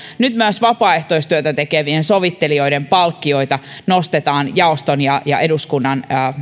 nyt myös vapaaehtoistyötä tekevien sovittelijoiden palkkioita nostetaan jaoston ja ja eduskunnan